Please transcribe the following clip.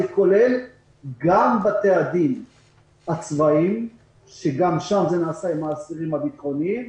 זה כולל גם את בתי הדין הצבאיים ושם זה נעשה עם האסירים הביטחוניים,